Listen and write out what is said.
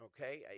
Okay